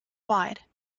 wide